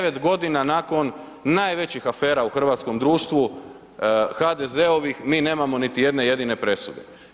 9 godina nakon najvećih afera u hrvatskom društvu HDZ-ovih mi nemamo niti jedne jedine presude.